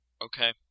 okay